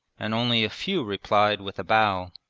and only a few replied with a bow.